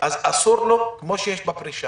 אסור לו כמו בפרישה,